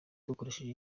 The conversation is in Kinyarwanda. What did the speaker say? dukoresheje